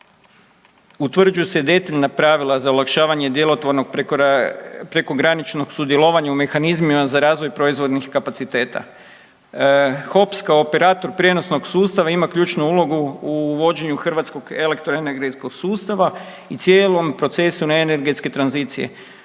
utvrđuju se detaljna pravila za olakšavanje djelotvornog prekograničnog sudjelovanja u mehanizmima za razvoj proizvodnih kapaciteta. HOPS kao operator prijenosnog sustava ima ključnu ulogu u vođenju hrvatskog elektroenergetskog sustava i cijelim procesom na energetske tranzicije.